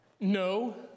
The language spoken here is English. No